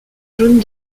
jaune